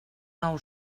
nou